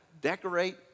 decorate